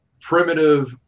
primitive